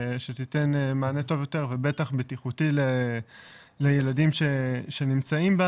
שתיתן מענה טוב יותר ובטח בטיחותי לילדים שנמצאים בה,